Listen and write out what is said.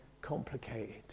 complicated